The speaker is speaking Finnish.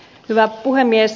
hyvä puhemies